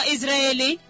Israeli